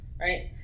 right